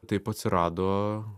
taip atsirado